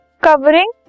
covering